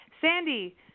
Sandy